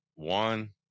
One